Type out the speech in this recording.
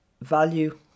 value